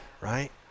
right